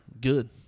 good